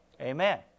Amen